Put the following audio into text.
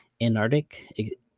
Antarctic